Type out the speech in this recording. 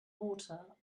water